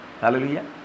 Hallelujah